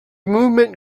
movement